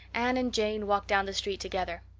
anne and jane walked down the street together.